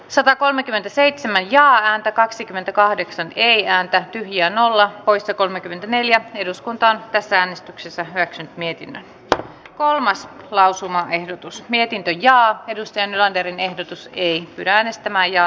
satakolmekymmentäseitsemän ja ääntä kaksikymmentäkahdeksan ei ääntä ja nolla poissa kolmekymmentäneljä eduskuntaan tässä äänestyksessä hyväksy mietimme kolmas lausumaehdotus mietintö linjaa edusti englanderin ehdotus ei pidä äänestä maija